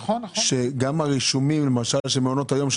גם הרישומים למשל של מעונות היום,